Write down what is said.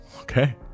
Okay